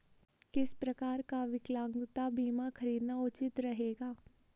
किस प्रकार का विकलांगता बीमा खरीदना उचित रहेगा?